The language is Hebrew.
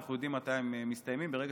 אנחנו יודעים מתי הן מסתיימות ברגע